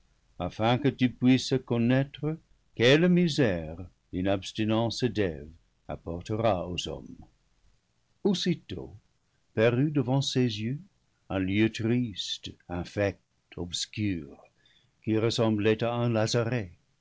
afin que tu puisses connaître quelle misère une abstinence d'eve apportera aux hommes aussitôt parut devant ses yeux un lieu triste infect obscur qui ressemblait à un